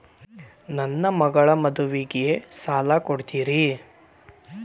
ನನ್ನ ಮಗಳ ಮದುವಿಗೆ ಸಾಲ ಕೊಡ್ತೇರಿ?